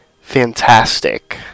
fantastic